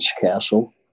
castle